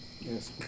Yes